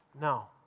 No